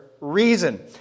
reason